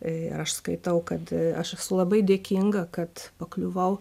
ir aš skaitau kad aš esu labai dėkinga kad pakliuvau